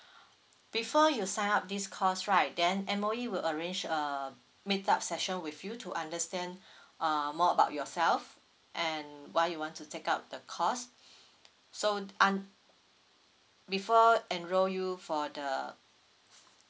before you sign up this course right then M_O_E will arrange a meet up session with you to understand uh more about yourself and why you want to take up the course so un~ before enroll you for the